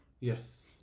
Yes